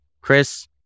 Chris